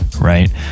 right